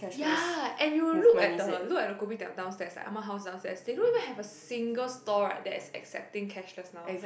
ya and you look at the look at the Kopitiam downstairs like Ah-Ma's house downstairs they don't even have a single stall right that is accepting cashless now